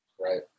Right